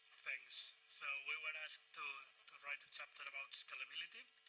thanks. so we were and asked to write a chapter and about scalability.